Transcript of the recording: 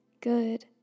good